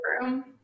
Room